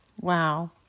Wow